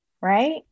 right